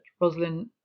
Rosalind